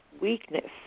weakness